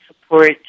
support